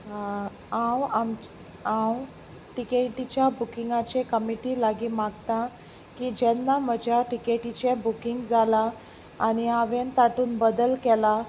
आं हांव आम हांव टिकेटीच्या बुकिंगाचें कमिटी लागीं मागतां की जेन्ना म्हज्या टिकेटीचें बुकींग जालां आनी हांवें तातूंत बदल केलां